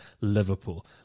Liverpool